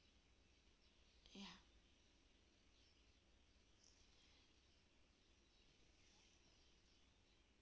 ya